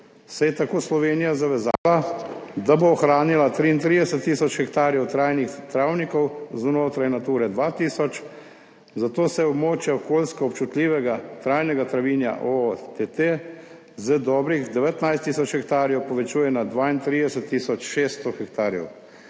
se je tako Slovenija zavezala, da bo ohranila 33 tisoč hektarjev trajnih travnikov znotraj Nature 2000, zato se območje okoljsko občutljivega trajnega travinja OOTT z dobrih 19 tisoč hektarjev povečuje na 32 tisoč 600 hektarjev.